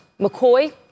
McCoy